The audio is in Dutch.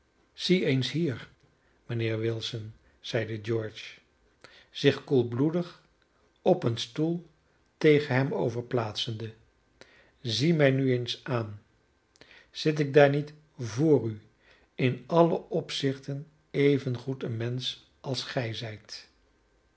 zie eens hier mijnheer wilson zeide george zich koelbloedig op een stoel tegen hem over plaatsende zie mij nu eens aan zit ik daar niet vr u in alle opzichten evengoed een mensch als gij zijt